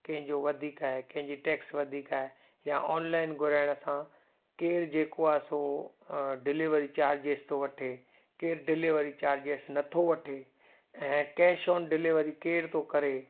कंहिंजो वधीक आहे कंहिंजी टैक्स वधीक आहे या ऑनलाइन घुराइण सां केरु जेको आहे सो डिलीवरी चार्जिस थो वठे केरु डिलीवरी चार्जिस नथो वठे ऐं ऐं कैश ऑन डिलीवरी केरु थो करे